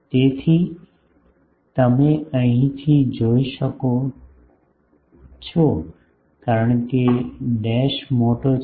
તેથી તમે અહીંથી જોઈ શકો છો કારણ કે ડેશ મોટો છે